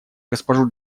госпожу